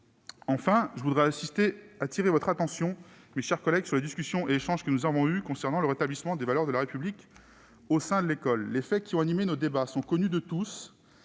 Enfin, je souhaite attirer votre attention, mes chers collègues, sur les échanges que nous avons eus concernant le rétablissement des valeurs de la République au sein de l'école. Les faits qui ont animé nos débats sont connus de tous